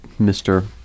Mr